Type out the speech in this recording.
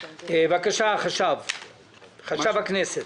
בבקשה, חשב הכנסת.